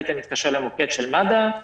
היית מתקשר למוקד של מד"א,